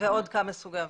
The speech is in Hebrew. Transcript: ועוד כמה סוגי עבירות.